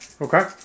Okay